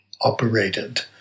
operated